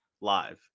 live